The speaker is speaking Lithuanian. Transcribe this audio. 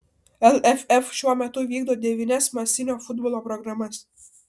lff šiuo metu vykdo devynias masinio futbolo programas